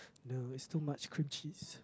no it's too much cream cheese